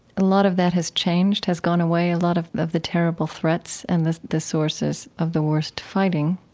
a lot of that has changed, has gone away, a lot of of the terrible threats and the the sources of the worst fighting.